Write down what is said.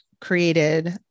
created